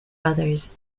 others